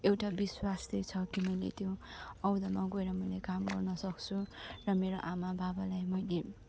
एउटा विश्वास चाहिँ छ कि मैले त्यो अहोदामा गएर मैले काम गर्न सक्छु र मेरो आमा बाबालाई मैले